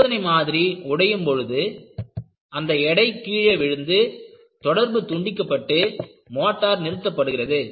பரிசோதனை மாதிரி உடையும் பொழுது அந்த எடை கீழே விழுந்து தொடர்பு துண்டிக்கப்பட்டு மோட்டார் நிறுத்தப்படுகிறது